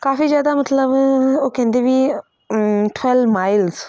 ਕਾਫੀ ਜ਼ਿਆਦਾ ਮਤਲਬ ਉਹ ਕਹਿੰਦੇ ਵੀ ਠੱਲ ਮਾਈਲਸ